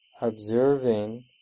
observing